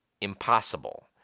impossible